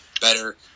better